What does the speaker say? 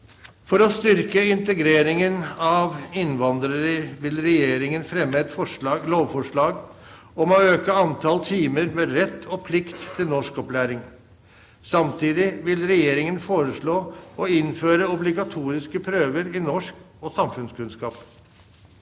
For å styrke integreringen av innvandrere vil Regjeringen fremme et lovforslag om å øke antall timer med rett og plikt til norskopplæring. Samtidig vil Regjeringen foreslå å innføre obligatoriske prøver i norsk og samfunnskunnskap.